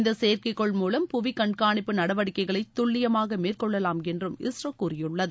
இந்த செயற்கைகோள் மூலம் புவி கண்காணிப்பு நடவடிக்கைகளை துல்லியமாக மேற்கொள்ளலாம் என்று இஸ்ரோ கூறியுள்ளது